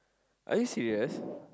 are you serious